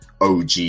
OG